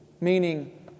Meaning